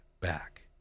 back